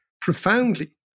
profoundly